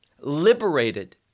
liberated